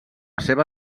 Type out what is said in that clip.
seva